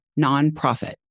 nonprofit